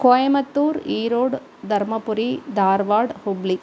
Coimbatore Erode Dharmapur Dharwad Hubli